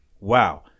wow